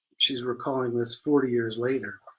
she's recalling this forty years later.